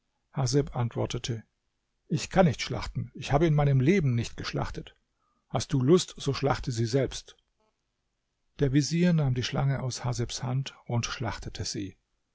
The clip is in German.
antwortete ich kann nicht schlachten ich habe in meinem leben nicht geschlachtet hast du lust so schlachte sie selbst der vezier nahm die schlange aus hasebs hand und schlachtete sie